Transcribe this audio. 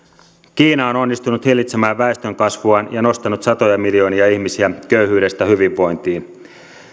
kiina on onnistunut hillitsemään väestönkasvuaan ja nostanut satoja miljoonia ihmisiä köyhyydestä hyvinvointiin